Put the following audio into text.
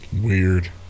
weird